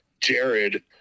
jared